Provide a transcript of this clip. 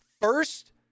first